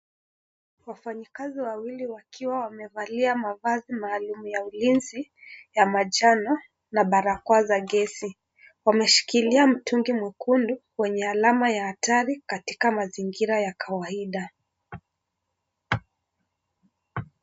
Wafanyikazi wawili wakiwa wamevalia mavazi maalum ya ulinzi ya manjano na barakoa za gesi wameshikilia mtungi mwekundu wenye alama ya hatari katika mazingira ya kawaida.